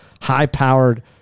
high-powered